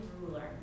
ruler